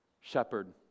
Shepherd